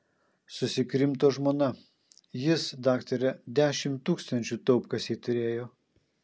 susikrimto žmona jis daktare dešimt tūkstančių taupkasėj turėjo